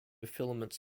filaments